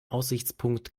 aussichtspunkt